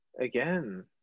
Again